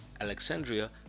Alexandria